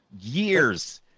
Years